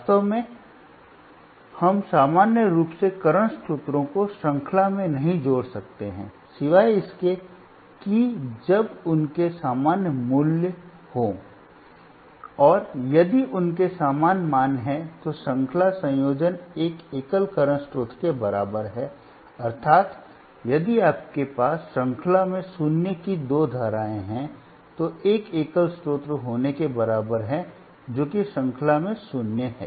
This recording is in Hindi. वास्तव में हम सामान्य रूप से करंट स्रोतों को श्रृंखला में नहीं जोड़ सकते हैं सिवाय इसके कि जब उनके समान मूल्य हों और यदि उनके समान मान हैं तो श्रृंखला संयोजन एक एकल करंट स्रोत के बराबर है अर्थात यदि आपके पास श्रृंखला में शून्य की दो धाराएं हैं तो एक एकल स्रोत होने के बराबर है जो कि श्रृंखला में शून्य है